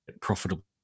profitable